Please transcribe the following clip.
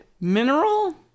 mineral